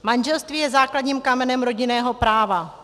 Manželství je základním kamenem rodinného práva.